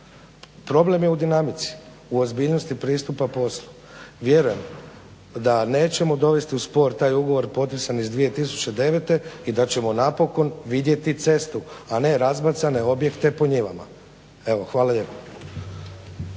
Problem je u dinamici, u ozbiljnosti pristupa poslu. Vjerujem da nećemo dovesti u spor taj ugovor potpisan iz 2009. i da ćemo napokon vidjeti cestu, a ne razbacane objekte po njivama. Evo hvala lijepo.